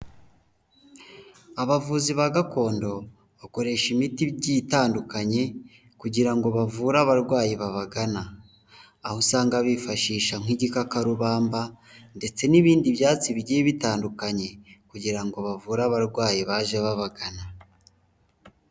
Abavuzi ba gakondo bakoresha imiti igiye itandukanye kugira ngo bavure abarwayi babagana, aho usanga bifashisha nk'igikakarubamba ndetse n'ibindi byatsi bigiye bitandukanye kugira ngo bavure abarwayi baje babagana.